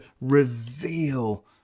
reveal